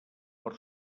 per